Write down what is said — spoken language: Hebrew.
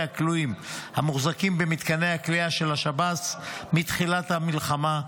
הכלואים המוחזקים במתקני הכליאה של השב"ס מתחילת המלחמה,